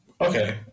Okay